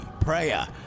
Prayer